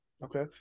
Okay